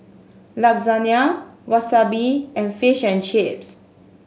Lasagne Wasabi and Fish and Chips